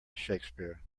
shakespeare